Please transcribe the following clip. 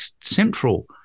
central